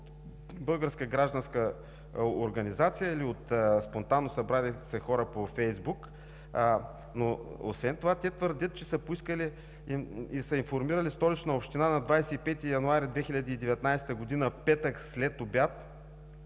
българска гражданска организация или от спонтанно събрали се хора от Фейсбук. Освен това те твърдят, че са поискали и са информирали Столичната община на 25 януари 2019 г., петък, след обяд,